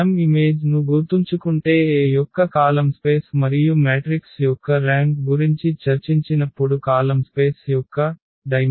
కాబట్టి మనం ఇమేజ్ ను గుర్తుంచుకుంటే A యొక్క కాలమ్స్పేస్ మరియు మ్యాట్రిక్స్ యొక్క ర్యాంక్ గురించి చర్చించినప్పుడు కాలమ్స్పేస్ యొక్క పరిమాణం